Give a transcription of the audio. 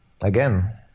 again